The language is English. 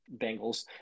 Bengals